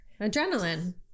Adrenaline